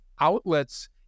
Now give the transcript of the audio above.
outlets